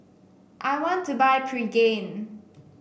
I want to buy Pregain